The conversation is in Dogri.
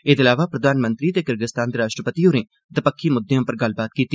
एहदे अलावा प्रधानमंत्री ते किर्गस्तान दे राष्ट्रपति होरें दपक्खी मुद्दें उप्पर गल्लबात कीती